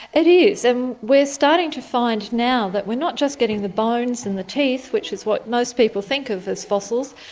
it is, and we're starting to find now that we're not just getting the bones and the teeth, which is what most people think of as fossils,